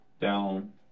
down